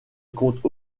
compte